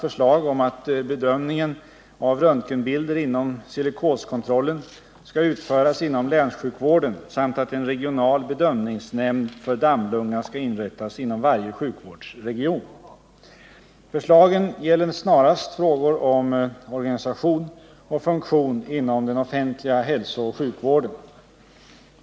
Nr 130 förslag om att bedömningen av röntgenbilder inom silikoskontrollen skall Tisdagen den utföras inom länssjukvården samt att en regional bedömningsnämnd för 24 april 1979 dammlunga skall inrättas inom varje sjukvårdsregion. Förslagen gäller snarast frågor om organisation och funktion inom den offentliga hälsooch sjukvården.